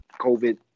COVID